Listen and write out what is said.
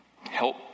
help